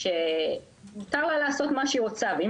אוכלוסייה שמותר לה לעשות מה שהיא רוצה ואם